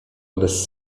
bez